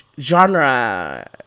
genre